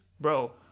Bro